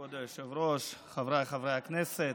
כבוד היושב-ראש, חברי הכנסת,